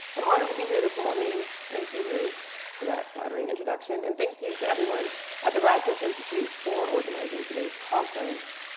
i'm honored to be here this morning. thank you liz for that flattering introduction. and thank you to everyone at the radcliffe institute for organizing today's conference.